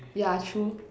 yeah true